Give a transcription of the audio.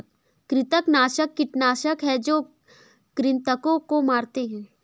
कृंतकनाशक कीटनाशक हैं जो कृन्तकों को मारते हैं